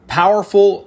powerful